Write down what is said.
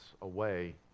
away